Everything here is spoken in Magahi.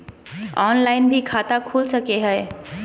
ऑनलाइन भी खाता खूल सके हय?